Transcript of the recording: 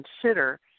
consider